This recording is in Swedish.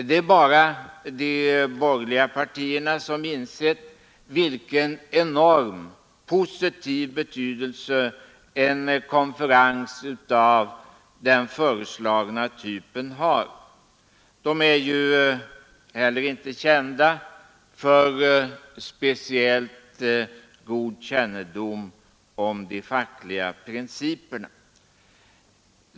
Det är bara de borgerliga partierna som insett vilken enorm positiv betydelse en konferens av den föreslagna typen skulle ha. De är ju inte heller kända för speciellt god kännedom om de fackliga principerna.